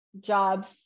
jobs